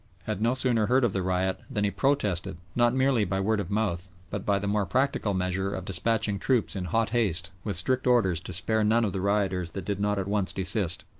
had no sooner heard of the riot than he protested not merely by word of mouth, but by the more practical measure of despatching troops in hot haste with strict orders to spare none of the rioters that did not at once desist.